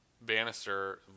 Bannister